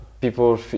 people